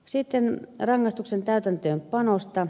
sitten rangaistusten täytäntöönpanosta